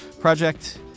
project